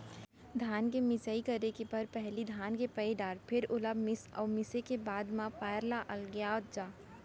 धान के मिंजई करे बर पहिली धान के पैर डार फेर ओला मीस अउ मिसे के बाद म पैरा ल अलगियात जा